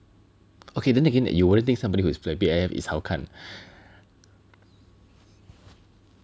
okay then again that you wouldn't think somebody who is flabby A_F is 好看